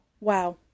Wow